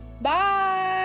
bye